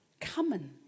common